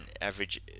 average